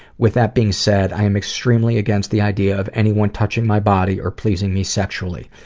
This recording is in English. with that being sad, i am extremely against the idea of anyone touching my body or pleasing me sexually.